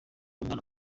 umwana